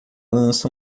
lança